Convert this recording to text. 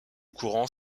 courant